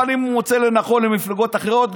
אבל אם הוא מוצא לנכון למפלגות אחרות,